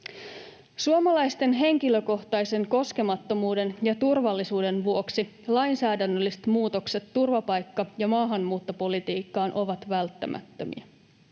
Suomalaisten henkilökohtaisen koskemattomuuden ja turvallisuuden vuoksi lainsäädännölliset muutokset turvapaikka‑ ja maahanmuuttopolitiikkaan ovat välttämättömiä.